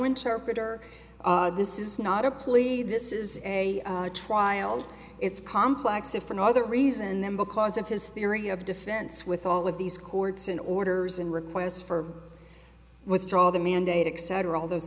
interpreter this is not a plea this is a trial it's complex if for no other reason then because of his theory of defense with all of these courts and orders and requests for withdraw the mandate except for all those